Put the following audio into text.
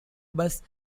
bus